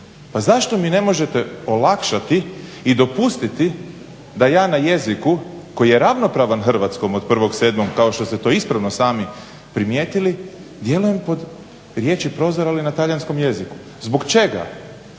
pa zašto mi ne možete olakšati i dopustiti da ja na jeziku koji je ravnopravan hrvatskom od 1.7.kao što ste to ispravno sami primijetili, djelujem pod riječju prozor ali na talijanskom jeziku. Zbog čega?